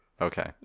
okay